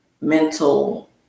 Mental